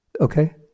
Okay